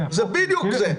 זה בדיוק זה.